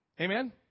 Amen